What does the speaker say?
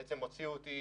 בעצם הוציאו אותי